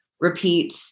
repeat